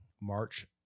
March